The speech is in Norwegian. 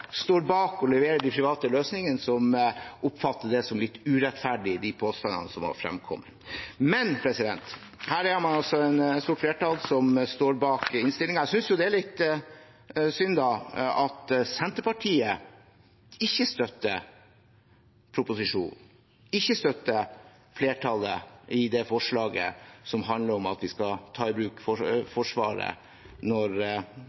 som litt urettferdige. Her er det et stort flertall som står bak innstillingen. Jeg synes det er litt synd at Senterpartiet ikke støtter proposisjonen, ikke støtter flertallet i det forslaget som handler om at vi skal ta i bruk Forsvaret når